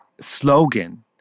slogan